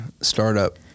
startup